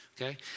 okay